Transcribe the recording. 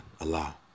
Allah